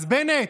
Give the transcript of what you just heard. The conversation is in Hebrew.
בנט,